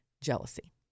jealousy